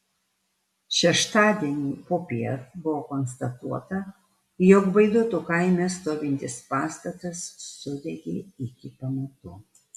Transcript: šeštadienį popiet buvo konstatuota jog baidotų kaime stovintis pastatas sudegė iki pamatų